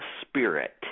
Spirit